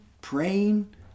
praying